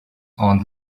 aunt